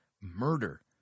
murder